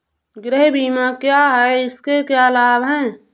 गृह बीमा क्या है इसके क्या लाभ हैं?